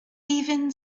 even